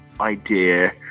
idea